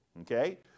Okay